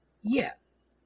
yes